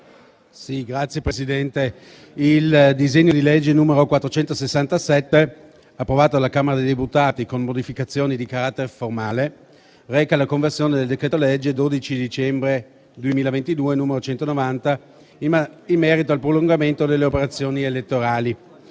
Signor Presidente, il disegno di legge n. 467 approvato dalla Camera dei deputati, con modificazioni di carattere formale, reca la conversione in legge del decreto-legge 12 dicembre 2022, n. 190, in merito al prolungamento delle operazioni elettorali.